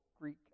Greek